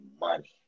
money